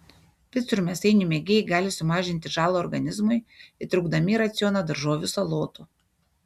picų ir mėsainių mėgėjai gali sumažinti žalą organizmui įtraukdami į racioną daržovių salotų